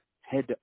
Head